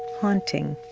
haunting,